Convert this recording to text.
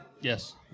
Yes